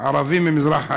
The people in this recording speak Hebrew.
ערבים ממזרח העיר,